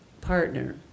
partner